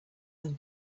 them